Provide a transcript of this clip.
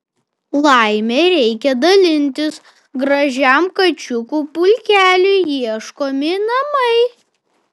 laime reikia dalintis gražiam kačiukų pulkeliui ieškomi namai